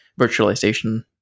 virtualization